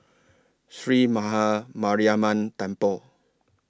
Sree Maha Mariamman Temple